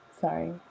sorry